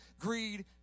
greed